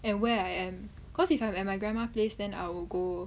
and where I am cause if I'm at my grandma place then I will go